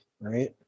right